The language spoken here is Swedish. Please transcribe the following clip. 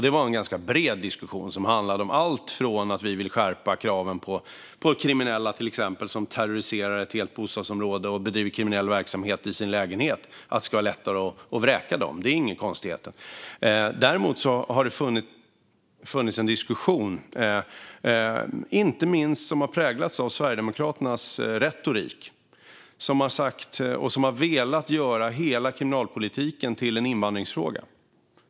Det var en ganska bred diskussion som handlade om allt möjligt, till exempel att vi vill att det ska bli lättare att vräka kriminella som terroriserar ett helt bostadsområde och bedriver kriminell verksamhet i sin lägenhet. Det är inga konstigheter. Däremot har det funnits en diskussion som inte minst har präglats av Sverigedemokraternas retorik som har velat göra hela kriminalpolitiken till en invandringsfråga.